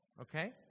Okay